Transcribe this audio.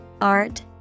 art